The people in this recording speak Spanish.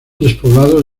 despoblado